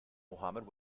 mohammad